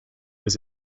was